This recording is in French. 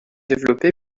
développé